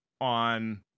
On